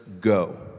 go